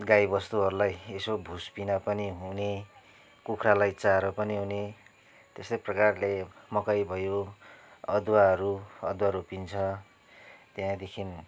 गाईबस्तुहरूलाई यसो भुस पिना पनि हुने कुखुरालाई चारो पनि हुने त्यस्तै प्रकारले मकै भयो अदुवाहरू अदुवा रोपिन्छ त्यहाँदेखि